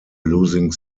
losing